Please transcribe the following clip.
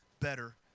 better